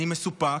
אני מסופק,